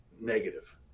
negative